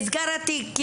נסגר התיק.